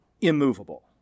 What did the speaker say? immovable